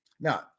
Now